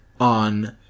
on